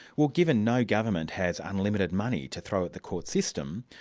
well given no government has unlimited money to throw at the court system,